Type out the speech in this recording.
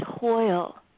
toil